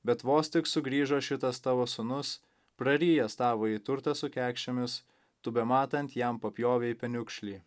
bet vos tik sugrįžo šitas tavo sūnus prarijęs tavąjį turtą su kekšėmis tu bematant jam papjovei peniukšlį